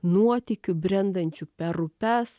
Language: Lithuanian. nuotykių brendančiu per upes